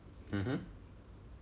mmhmm